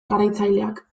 garatzaileak